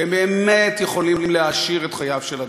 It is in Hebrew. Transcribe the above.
והם באמת יכולים להעשיר את חייו של אדם.